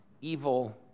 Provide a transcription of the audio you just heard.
evil